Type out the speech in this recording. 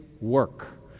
work